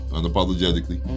Unapologetically